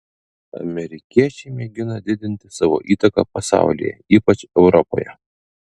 amerikiečiai mėgina didinti savo įtaką pasaulyje ypač europoje